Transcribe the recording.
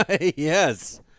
Yes